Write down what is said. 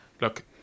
Look